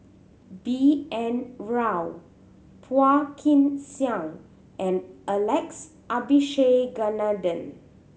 B N Rao Phua Kin Siang and Alex Abisheganaden